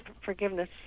forgiveness